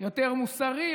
יותר מוסרי,